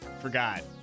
forgot